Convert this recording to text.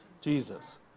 Jesus